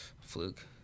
Fluke